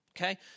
okay